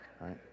right